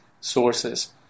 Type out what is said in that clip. sources